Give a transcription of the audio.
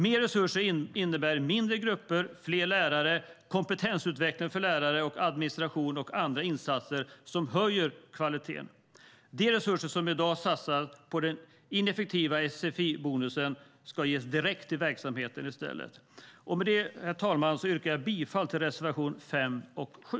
Mer resurser innebär mindre grupper, fler lärare, kompetensutveckling för lärare och administration och andra insatser som höjer kvaliteten. De resurser som i dag satsas på den ineffektiva sfi-bonusen ska ges direkt till verksamheten i stället. Med detta, herr talman, yrkar jag bifall till reservationerna 5 och 7.